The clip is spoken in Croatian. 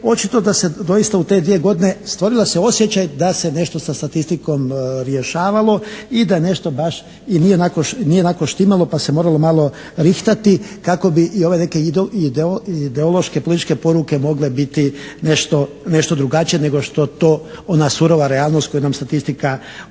očito da se doista u te dvije godine stvorio se osjećaj da se nešto sa statistikom rješavalo i da nešto baš i nije onako štimalo pa se moralo malo rihtati kako bi i ove neke ideološke političke poruke mogle biti nešto drugačije nego što to ona surova realnost koju nam statistika zapravo